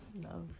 No